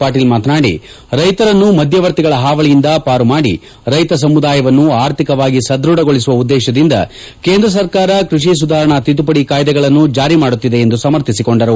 ಪಾಟೀಲ್ ಮಾತನಾಡಿ ರೈತರನ್ನು ಮಧ್ಯವರ್ತಿಗಳ ಹಾವಳಿಯಿಂದ ಪಾರುಮಾಡಿ ರೈತ ಸಮುದಾಯವನ್ನು ಆರ್ಥಿಕವಾಗಿ ಸದೃಢಗೊಳಿಸುವ ಉದ್ದೇಶದಿಂದ ಕೇಂದ್ರ ಸರ್ಕಾರ ಕೃಷಿ ಸುಧಾರಣಾ ತಿದ್ದುಪಡಿ ಕಾಯ್ದೆಗಳನ್ನು ಜಾರಿ ಮಾಡುತ್ತಿದೆ ಸಮರ್ಥಿಸಿಕೊಂಡರು